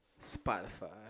Spotify